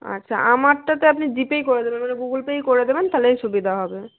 আচ্ছা আমারটাতে আপনি জি পেই করে দেবেন মানে গুগল পেই করে দেবেন তাহলেই সুবিধা হবে